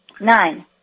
Nine